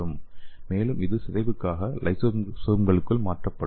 மேலும் இது சிதைவுக்காக லைசோசோம்களுக்கு மாற்றப்படும்